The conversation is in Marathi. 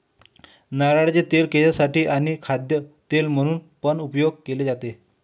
नारळाचे तेल केसांसाठी आणी खाद्य तेल म्हणून पण उपयोग केले जातो